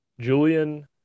Julian